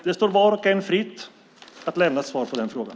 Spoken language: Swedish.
Det står var och en fritt att lämna ett svar på den frågan.